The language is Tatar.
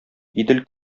идел